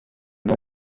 uyu